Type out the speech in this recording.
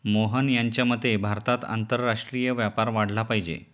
मोहन यांच्या मते भारतात आंतरराष्ट्रीय व्यापार वाढला पाहिजे